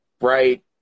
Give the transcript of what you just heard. right